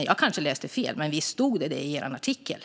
Jag läste kanske fel, men visst stod det så i artikeln?